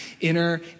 inner